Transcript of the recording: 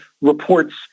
reports